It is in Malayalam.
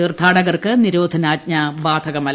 തീർത്ഥാടകർക്ക് നിർോധനാജ്ഞ ബാധകമല്ല